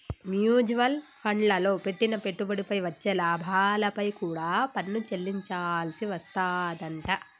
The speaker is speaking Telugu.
మ్యూచువల్ ఫండ్లల్లో పెట్టిన పెట్టుబడిపై వచ్చే లాభాలపై కూడా పన్ను చెల్లించాల్సి వస్తాదంట